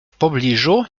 pobliżu